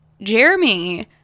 jeremy